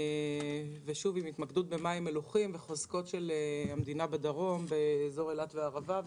עם התמקדות במים מלוחים וחוזקות של המדינה בדרום באזור אילת והערבה.